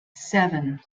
seven